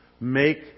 Make